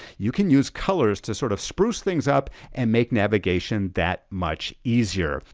you can use colors to sort of spruce things up and make navigation that much easier.